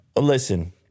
Listen